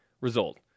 result